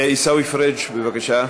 עיסאווי פריג', בבקשה.